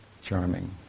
charming